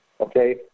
Okay